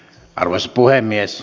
arvoisa puhemies